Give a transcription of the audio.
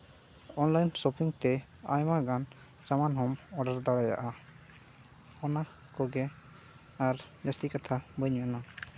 online shopping ᱛᱮ ᱟᱭᱢᱟᱜᱟᱱ ᱥᱟᱢᱟᱱ ᱦᱚᱸᱢ ᱚᱰᱟᱨ ᱫᱟᱲᱮᱭᱟᱜᱼᱟ ᱚᱱᱟ ᱠᱚᱜᱮ ᱟᱨ ᱡᱟᱹᱥᱛᱤ ᱠᱟᱛᱷᱟ ᱵᱟᱹᱧ ᱢᱮᱱᱟ